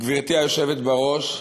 גברתי היושבת בראש,